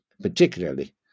particularly